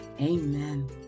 Amen